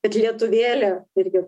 kad lietuvėlė irgi